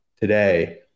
today